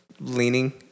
leaning